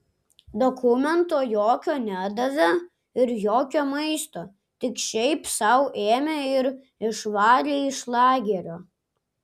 dokumento jokio nedavė ir jokio maisto tik šiaip sau ėmė ir išvarė iš lagerio